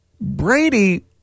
Brady